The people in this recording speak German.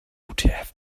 utf